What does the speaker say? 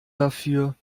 dafür